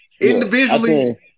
individually